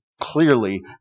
clearly